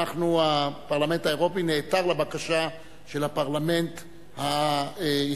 הפרלמנט האירופי נעתר לבקשה של הפרלמנט הישראלי.